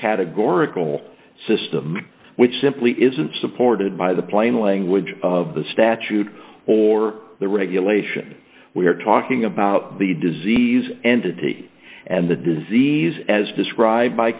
categorical system which simply isn't supported by the plain language of the statute or the regulation we are talking about the disease entity and the disease as described by